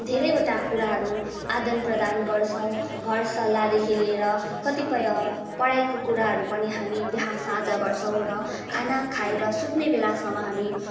धेरैवटा कुराहरू आदान प्रदान गर्छौँ घर सल्लाहदेखि लिएर कतिपय पढाइको कुराहरू पनि हामी त्यहाँ साझा गर्छौँ र खाना खाएर सुत्ने बेलासम्म हामी